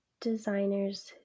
designers